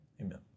Amen